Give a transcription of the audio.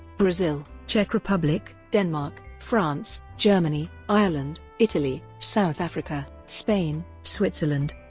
brazil, czech republic, denmark, france, germany, ireland, italy, south africa, spain, switzerland,